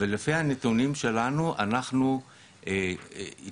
ולפי הנתונים שלנו אנחנו איתרנו